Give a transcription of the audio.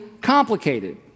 complicated